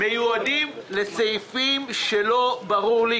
מיועדים לסעיפים שלא ברור לי,